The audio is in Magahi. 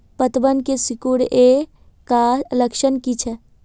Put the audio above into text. पतबन के सिकुड़ ऐ का लक्षण कीछै?